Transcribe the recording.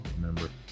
remember